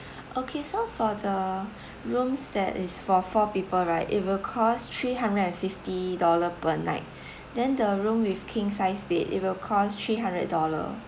okay so for the room that is for four people right it will cost three hundred and fifty dollar per night then the room with king sized bed it will cost three hundred dollar